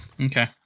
Okay